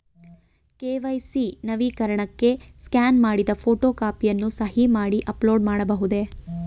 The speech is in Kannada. ಕೆ.ವೈ.ಸಿ ನವೀಕರಣಕ್ಕೆ ಸ್ಕ್ಯಾನ್ ಮಾಡಿದ ಫೋಟೋ ಕಾಪಿಯನ್ನು ಸಹಿ ಮಾಡಿ ಅಪ್ಲೋಡ್ ಮಾಡಬಹುದೇ?